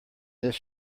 this